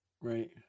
right